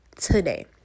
today